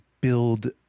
build